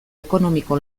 ekonomiko